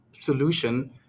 solution